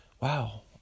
Wow